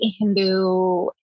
Hindu